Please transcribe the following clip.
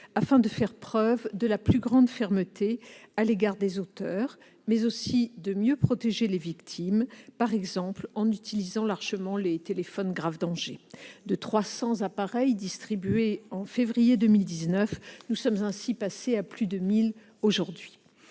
afin de faire preuve de la plus grande fermeté à l'égard des auteurs de ces violences, mais aussi afin de mieux protéger les victimes, par exemple en utilisant largement les téléphones grave danger. De 300 appareils distribués en février 2019, nous sommes ainsi passés à plus de 1 000 aujourd'hui.